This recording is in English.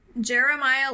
Jeremiah